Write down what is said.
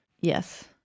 Yes